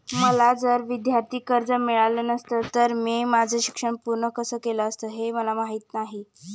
मला जर विद्यार्थी कर्ज मिळालं नसतं तर मी माझं शिक्षण पूर्ण कसं केलं असतं, हे मला माहीत नाही